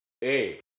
hey